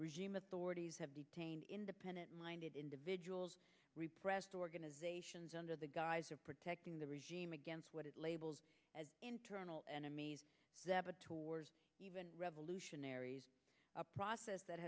regime authorities have detained independent minded individuals repressed organizations under the guise of protecting the regime against what is labeled as internal enemies even revolutionaries process that